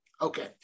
okay